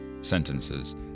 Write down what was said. sentences